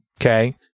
okay